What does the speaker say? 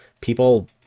people